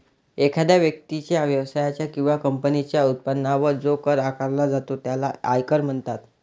एखाद्या व्यक्तीच्या, व्यवसायाच्या किंवा कंपनीच्या उत्पन्नावर जो कर आकारला जातो त्याला आयकर म्हणतात